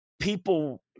people